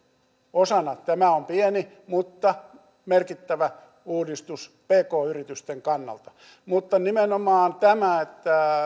osana tämä on pieni mutta merkittävä uudistus pk yritysten kannalta mutta nimenomaan tämä että